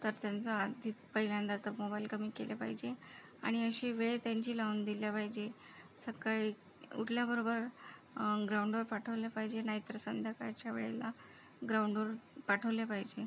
तर त्यांचा आधी पहिल्यांदा तर मोबाईल कमी केले पाहिजे आणि अशी वेळ त्यांची लावून दिल्या पाहिजे सकाळी उठल्याबरोबर ग्राऊंडवर पाठवले पाहिजे नाहीतर संध्याकाळच्या वेळेला ग्राऊंडवर पाठवले पाहिजे